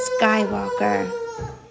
Skywalker